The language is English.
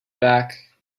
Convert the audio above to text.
back